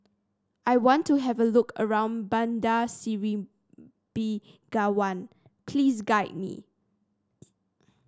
I want to have a look around Bandar Seri Begawan please guide me